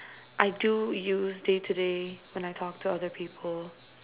I do use day to day when I talk to other people